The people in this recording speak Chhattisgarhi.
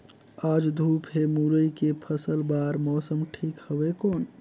आज धूप हे मुरई के फसल बार मौसम ठीक हवय कौन?